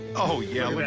oh, yeah,